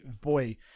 boy